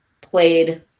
played